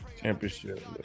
Championship